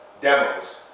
demos